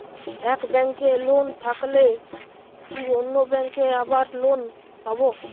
এক ব্যাঙ্কে লোন থাকলে কি অন্য ব্যাঙ্কে আবার লোন পাব?